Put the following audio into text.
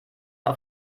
auf